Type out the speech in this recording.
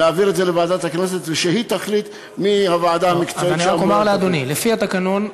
להעביר את זה לוועדת הכנסת ושהיא תחליט מי הוועדה המקצועית לפי התקנון,